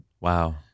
Wow